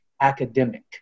academic